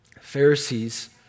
Pharisees